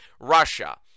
Russia